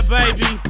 baby